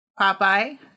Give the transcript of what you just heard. Popeye